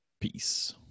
Peace